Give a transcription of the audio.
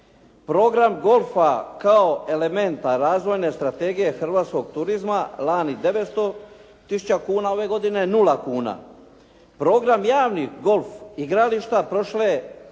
Program golfa kao elementa razvojne strategije hrvatskog turizma lani 900 tisuća kuna, ove godine 0 kuna. Program javnih golf igrališta prošle godine